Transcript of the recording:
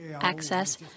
access